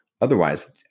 otherwise